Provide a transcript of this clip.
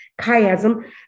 chiasm